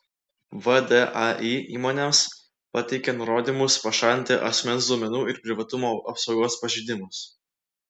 vdai įmonėms pateikė nurodymus pašalinti asmens duomenų ir privatumo apsaugos pažeidimus